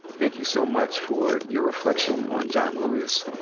thank you so much for your reflection on john lewis.